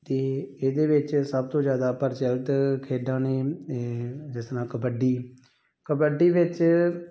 ਅਤੇ ਇਹ ਇਹਦੇ ਵਿੱਚ ਸਭ ਤੋਂ ਜ਼ਿਆਦਾ ਪ੍ਰਚੱਲਿਤ ਖੇਡਾਂ ਨੇ ਜਿਸ ਤਰ੍ਹਾਂ ਕਬੱਡੀ ਕਬੱਡੀ ਵਿੱਚ